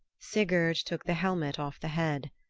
sigurd took the helmet off the head.